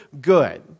good